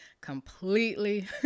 completely